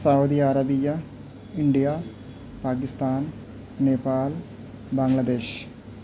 سعودیہ Arabia India Pakistan Nepal بنگلہ دیش